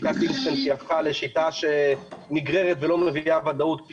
היא הפכה לשיטה שנגררת ולא מביאה ודאות כפי